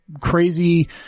crazy